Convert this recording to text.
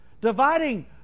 dividing